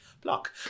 block